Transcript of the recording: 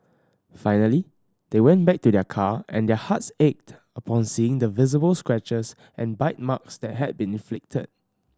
finally they went back to their car and their hearts ached upon seeing the visible scratches and bite marks that had been inflicted